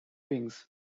wings